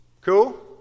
cool